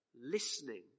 listening